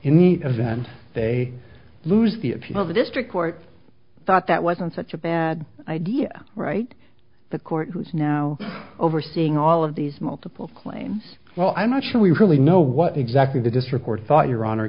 the event they lose the appeal the district court thought that wasn't such a bad idea right the court who's now overseeing all of these multiple claims well i'm not sure we really know what exactly this report thought your honor